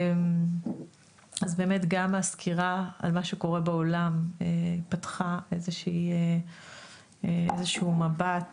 אז באמת גם הסקירה על מה שקורה בעולם פתחה איזשהו מבט